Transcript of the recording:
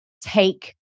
take